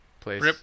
place